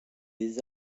les